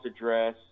address